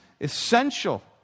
essential